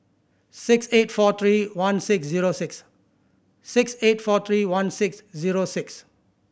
six eight four three one six zero six six eight four three one six zero six